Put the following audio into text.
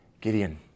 Gideon